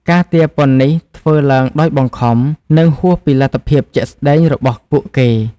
ការទារពន្ធនេះធ្វើឡើងដោយបង្ខំ និងហួសពីលទ្ធភាពជាក់ស្តែងរបស់ពួកគេ។